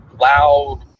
loud